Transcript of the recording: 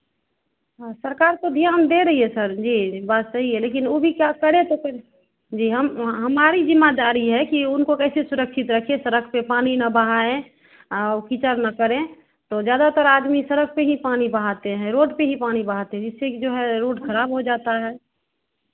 हाँ सरकार तो ध्यान दे रही हैं सर जी बात सही है लेकिन वो भी क्या करें तो फिर जी हम हमारी ज़िम्मेदारी है कि उनको कैसे सुरक्षित रखें सड़क पे पानी ना बहाएं आ ओ कीचड़ ना करें तो ज़्यादातर आदमी सड़क पर ही पानी बहाते हैं रोड पे ही पानी बहाते हैं फिर जो है रोड खराब हो जाता है